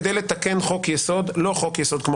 כדי לתקן חוק יסוד לא חוק יסוד כמו